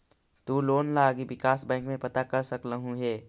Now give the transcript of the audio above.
तु लोन लागी विकास बैंक में पता कर सकलहुं हे